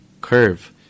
curve